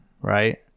right